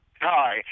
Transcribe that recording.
Hi